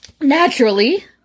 Naturally